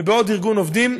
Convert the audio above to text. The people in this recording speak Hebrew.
ובעוד ארגון עובדים,